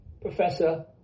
Professor